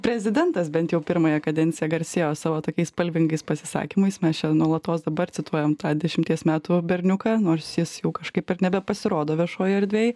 prezidentas bent jau pirmąją kadenciją garsėjo savo tokiais spalvingais pasisakymais mes čia nuolatos dabar cituojam tą dešimties metų berniuką nors jis jau kažkaip ir nebepasirodo viešojoj erdvėj